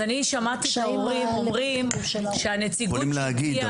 אז שני שמעתי שההורים אומרים שהנציגות שהגיעה --- הם יכולים להגיד,